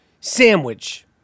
sandwich